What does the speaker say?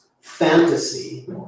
fantasy